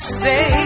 say